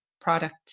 product